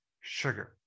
sugar